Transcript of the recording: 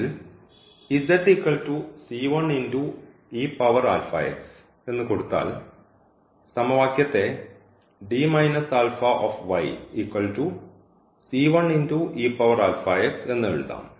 ഇതിൽ എന്ന് കൊടുത്താൽ സമവാക്യത്തെ എന്ന് എഴുതാം